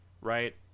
Right